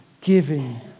giving